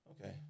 Okay